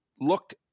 looked